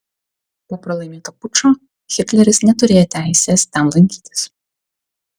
po pralaimėto pučo hitleris neturėjo teisės ten lankytis